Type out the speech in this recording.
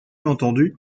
entendue